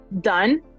done